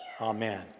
Amen